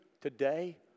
today